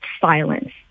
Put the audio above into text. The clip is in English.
silence